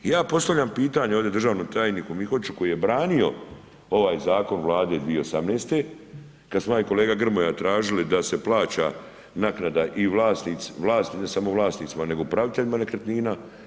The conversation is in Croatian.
Ja postavljam pitanje ovdje državnom tajniku Mihoću koji je branio ovaj zakon Vlade 2018. kad smo ja i kolega Grmoja tražili da se plaća naknada i vlasnicima, ne samo vlasnicima nego upraviteljima nekretnina.